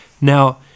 Now